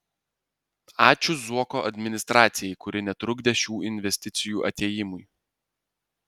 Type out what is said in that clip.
ačiū zuoko administracijai kuri netrukdė šių investicijų atėjimui